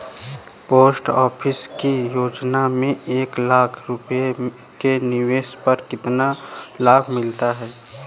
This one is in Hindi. पोस्ट ऑफिस की योजना में एक लाख रूपए के निवेश पर कितना लाभ मिलता है?